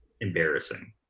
embarrassing